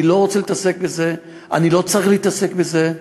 אני לא רוצה להתעסק בזה, אני לא צריך להתעסק בזה,